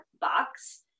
box